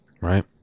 Right